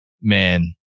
man